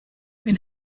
wenn